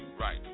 Right